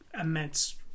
immense